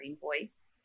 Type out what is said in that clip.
voice